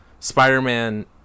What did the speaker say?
spider-man